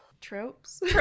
Tropes